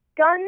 Gun